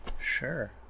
Sure